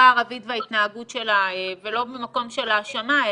הערבית ואת ההתנהגות שלה ולא במקום של האשמה,